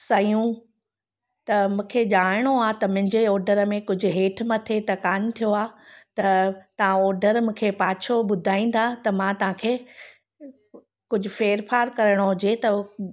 सयूं त मूंखे ॼाणिणो आहे त मुंहिंजे ऑडरु में कुझु हेठि मथे त कान थियो आहे त तव्हां ऑडरु मूंखे पाछो ॿुधाईंदा त मां तव्हांखे कुझु फेर फार करिणो हुजे त